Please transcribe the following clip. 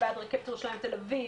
ובעד רכבת ירושלים תל אביב,